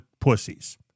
pussies